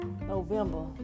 November